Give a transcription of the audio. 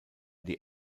die